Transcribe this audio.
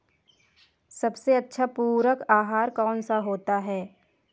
सबसे अच्छा पूरक आहार कौन सा होता है?